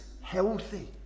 healthy